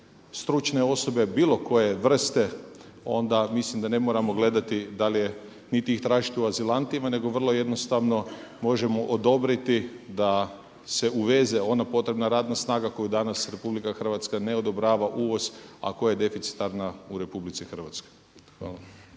stručne osobe bilo koje vrste onda mislim da ne moramo gledati da li je niti ih tražiti u azilantima nego vrlo jednostavno možemo odobriti da se uveze ona potrebna radna snaga koju danas RH ne odobrava uvoz, a koje je deficitarna u RH. Hvala.